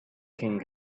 king